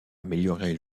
améliorer